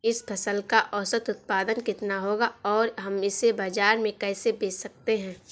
इस फसल का औसत उत्पादन कितना होगा और हम इसे बाजार में कैसे बेच सकते हैं?